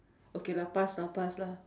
okay lah pass lah pass lah